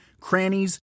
crannies